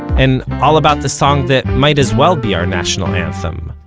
and all about the song that might as well be our national anthem,